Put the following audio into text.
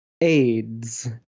AIDS